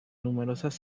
numerosas